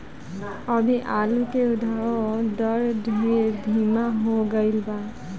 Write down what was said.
अभी आलू के उद्भव दर ढेर धीमा हो गईल बा